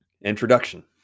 Introduction